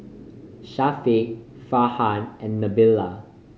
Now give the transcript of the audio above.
Syafiq Farhan and Nabila